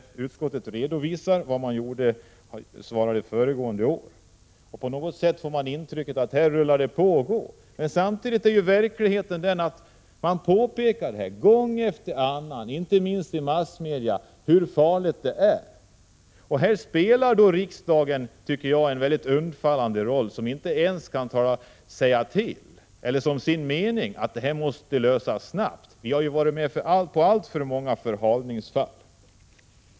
Utskottet redovisar vad man svarade föregående år. Man får intrycket att utvecklingen rullar på. Samtidigt är verkligheten den, att det gång efter annan påpekas, inte minst i massmedia, hur farlig situationen är. Här spelar riksdagen en undfallande roll, när den inte ens kan uttala som sin mening att detta måste lösas snabbt. Vi har varit med om alltför många förhalningsfall.